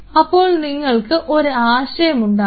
അപ്പോൾ നിങ്ങൾക്ക് ഒരു ആശയം ഉണ്ടാകും